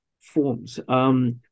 forms